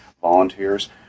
volunteers